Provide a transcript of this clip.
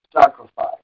sacrifice